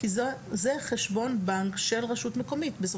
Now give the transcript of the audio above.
כי זהו חשבון בנק של רשות מקומית.